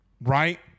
Right